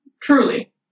truly